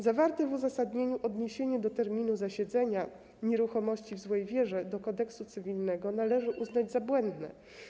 Zawarte w uzasadnieniu odniesienie terminu zasiedzenia nieruchomości w złej wierze do Kodeksu cywilnego należy uznać za błędne.